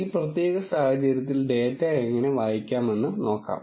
ഈ പ്രത്യേക സാഹചര്യത്തിൽ ഡാറ്റ എങ്ങനെ വായിക്കാമെന്ന് നോക്കാം